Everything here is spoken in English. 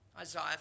Isaiah